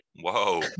Whoa